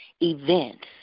events